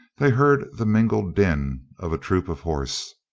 they heard the mingled din of a troop of horse.